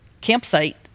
campsite